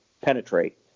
penetrate